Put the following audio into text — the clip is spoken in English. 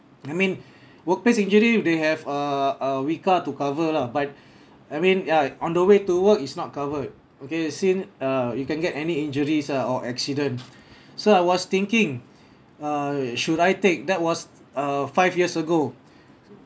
I mean workplace injury they have uh uh wica to cover lah but I mean ya on the way to work is not covered okay seen uh you can get any injuries ah or accidents so I was thinking uh should I take that was uh five years ago